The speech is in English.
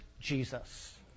Jesus